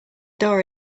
door